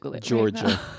Georgia